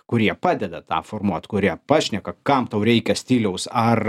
kurie padeda tą formuot kurie pašneka kam tau reikia stiliaus ar